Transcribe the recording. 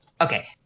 Okay